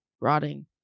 Rotting